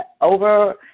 over